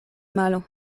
malo